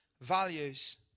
values